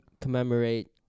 commemorate